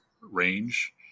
range